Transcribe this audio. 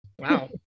Wow